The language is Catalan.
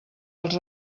els